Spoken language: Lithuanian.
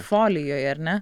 folijoj ar ne